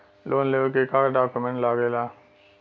Loan लेवे के का डॉक्यूमेंट लागेला?